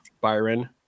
Byron